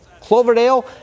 Cloverdale